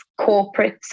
corporates